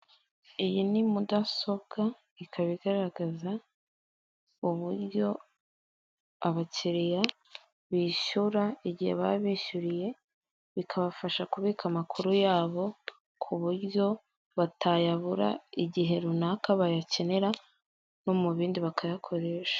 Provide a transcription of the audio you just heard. Iyi ni mudasobwa ikaba igaragaza uburyo abakiriya bishyura, igihe baba bishyuriye bikabafasha kubika amakuru yabo, ku buryo batayabura igihe runaka bayakenera no mu bindi bakayakoresha.